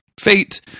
fate